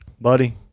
Buddy